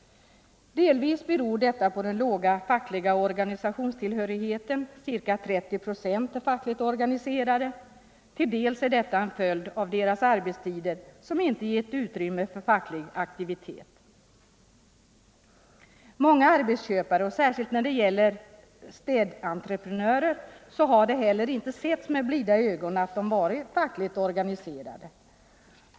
Delvis beror detta på den låga andelen fackligt organiserade. Ca 30 procent tillhör den fackliga organisationen. Detta är i sin tur till dels en följd av att städerskornas arbetstider inte ger utrymme för facklig aktivitet. Många arbetsköpare — särskilt gäller detta städentreprenörer — har inte heller sett med blida ögon att städerskorna varit fackligt organiserade.